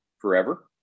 forever